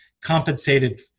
compensated